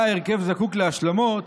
היה ההרכב זקוק להשלמות